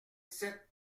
sept